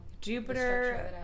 Jupiter